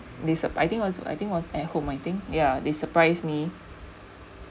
this supr~ I think was I think was at home I think ya they surprised me